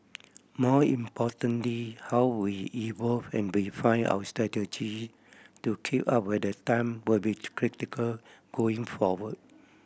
more importantly how we evolve and refine our strategy to keep up with the time will be critical going forward